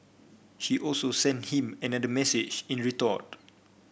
she also sent him another message in retort